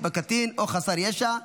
במערכה (תגמולים ושיקום)